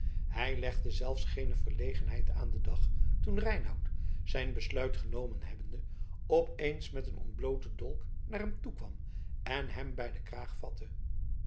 hij legde zelfs geene verlegenheid aan den dag toen reinout zijn besluit genomen hebbende op eens met een ontblooten dolk naar hem toe kwam en hem bij den kraag vatte